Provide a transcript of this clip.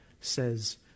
says